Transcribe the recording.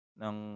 ng